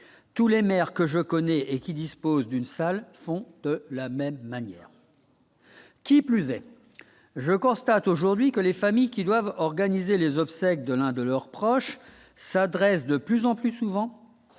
tous les maires que je connais et qui dispose d'une salle font de la même manière. Qui plus est, je constate aujourd'hui que les familles qui doivent organiser les obsèques de l'un de leurs proches s'adresse de plus en plus souvent